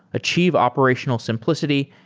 achieve operational simplicity,